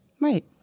Right